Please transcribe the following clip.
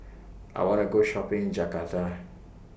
I want to Go Shopping in Jakarta